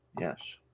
yes